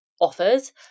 offers